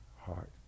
heart